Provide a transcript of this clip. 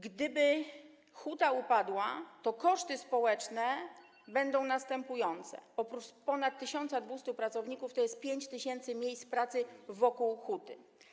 Gdyby huta upadła, to koszty społeczne będą następujące: oprócz ponad 1200 pracowników to jest 5 tys. miejsc pracy wokół huty.